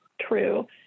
true